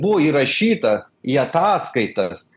buvo įrašyta į ataskaitas